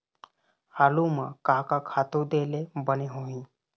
आलू म का का खातू दे ले बने होही?